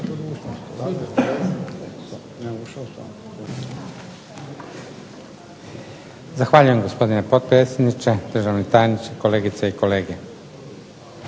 Zahvaljujem gospodine potpredsjedniče, državni tajniče, kolegice i kolege.